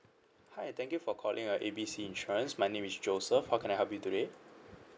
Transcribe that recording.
hi thank you for calling uh A B C insurance my name is joseph how can I help you today